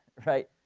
right.